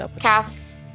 cast